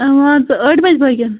مان ژٕ ٲٹھِ بَجہِ بَٲگٮ۪ن